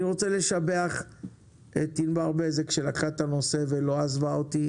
אני רוצה לשבח את ענבר בזק שלקחה את הנושא ולא עזבה אותי,